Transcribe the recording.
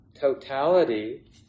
Totality